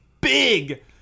big